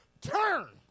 turn